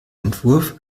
entwurf